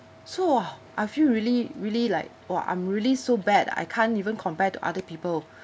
so !wah! I feel really really like !wah! I'm really so bad I can't even compared to other people